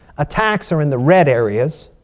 attacks are in the red areas.